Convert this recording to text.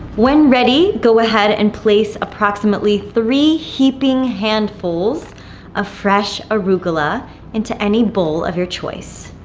when ready, go ahead and place approximately three heaping handfuls of fresh arugula into any bowl of your choice.